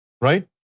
Right